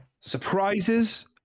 surprises